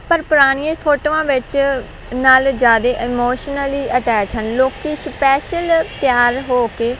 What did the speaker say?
ਪਰ ਪੁਰਾਣੀਆਂ ਫੋਟੋਆਂ ਵਿੱਚ ਨਾਲੇ ਜ਼ਿਆਦੇ ਇਮੋਸ਼ਨਲੀ ਅਟੈਚ ਹਨ ਲੋਕੀ ਸਪੈਸ਼ਲ ਤਿਆਰ ਹੋ ਕੇ